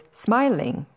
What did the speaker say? smiling